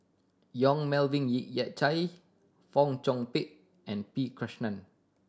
Yong Melvin Ye Yik Chye Fong Chong Pik and P Krishnan